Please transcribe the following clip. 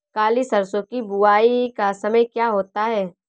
काली सरसो की बुवाई का समय क्या होता है?